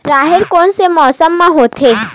राहेर कोन से मौसम म होथे?